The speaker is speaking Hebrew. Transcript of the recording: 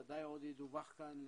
ודאי עוד ידווח כאן,